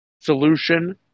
solution